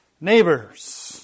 neighbor's